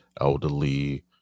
elderly